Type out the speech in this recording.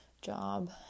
job